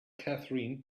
catherine